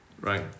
right